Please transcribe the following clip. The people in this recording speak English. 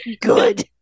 Good